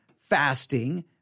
fasting